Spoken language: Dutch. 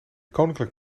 koninklijk